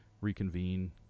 reconvene